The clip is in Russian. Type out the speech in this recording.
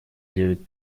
девять